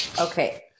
Okay